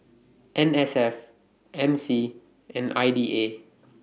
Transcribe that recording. N S F M C and I D A